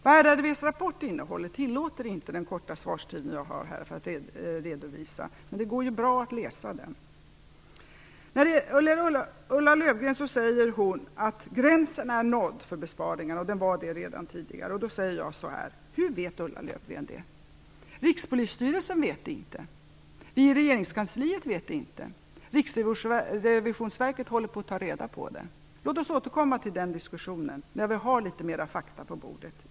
Vad RRV:s rapport innehåller tillåter inte den korta svarstid jag här har att redovisa, men det går ju bra att läsa den. Ulla Löfgren säger att gränsen för besparingarna är nådd, och att den var det redan tidigare. Då frågar jag: Hur vet Ulla Löfgren det? Rikspolisstyrelsen vet det inte. Vi i regeringskansliet vet det inte. Riksrevisionsverket håller på att ta reda på det. Låt oss återkomma till den diskussionen när vi har litet mer fakta på bordet.